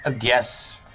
Yes